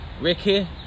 Ricky